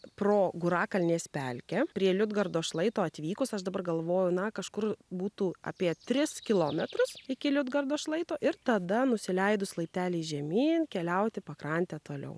pro gurakalnės pelkę prie liudgardo šlaito atvykus aš dabar galvoju na kažkur būtų apie tris kilometrus iki liudgardo šlaito ir tada nusileidus laipteliais žemyn keliauti pakrante toliau